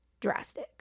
drastic